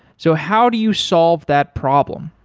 so how do you solve that problem?